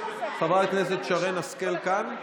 חברת הכנסת שרן השכל, כאן?